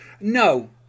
No